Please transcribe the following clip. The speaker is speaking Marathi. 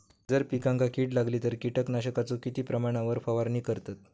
जर पिकांका कीड लागली तर कीटकनाशकाचो किती प्रमाणावर फवारणी करतत?